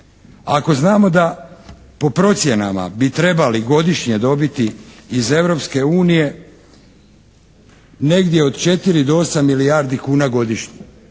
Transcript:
Ako znamo da po procjenama bi trebali godišnje dobiti iz Europske unije negdje od 4 do 8 milijardi kuna godišnje,